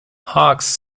hawks